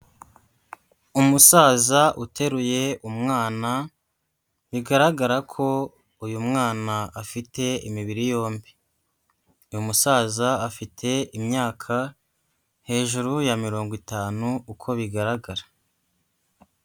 Umusaza uteruye umwana, bigaragara ko uyu mwana afite imibiri yombi. Uyu musaza afite imyaka hejuru ya mirongo itanu uko bigaragara.